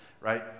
right